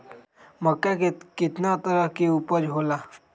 मक्का के कितना तरह के उपज हो ला?